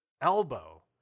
elbow